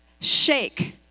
shake